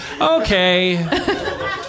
Okay